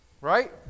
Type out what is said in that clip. right